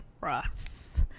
rough